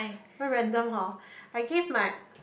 very random hor I gave my